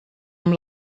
amb